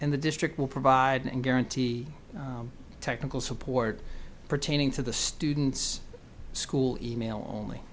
and the district will provide and guarantee technical support pertaining to the student's school e mail only